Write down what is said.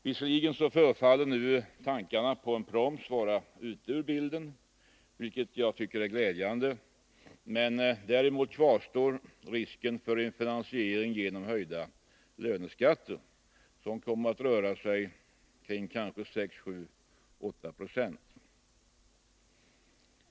Visserligen förefaller nu tankarna på en proms vara ute ur bilden, vilket jag tycker är glädjande, men däremot kvarstår risken för en finansiering genom höjda löneskatter, som kommer att röra sig kring kanske 6-7-8 20.